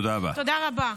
תודה רבה.